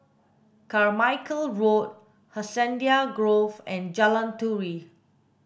Carmichael Road Hacienda Grove and Jalan Turi